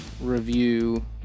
review